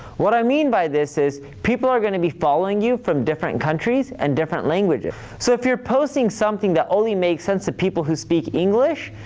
what i mean by this is people are gonna be following you from different countries and different languages. so if you're posting something that only makes sense to people who speak english,